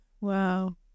Wow